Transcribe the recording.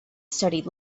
studied